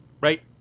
Right